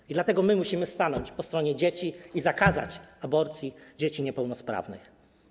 I dlatego musimy stanąć po stronie dzieci i zakazać aborcji dzieci niepełnosprawnych.